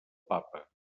papa